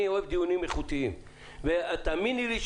אני אוהב דיונים איכותיים ותאמיני לי,